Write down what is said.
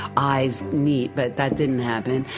eyes meet, but that didn't happen,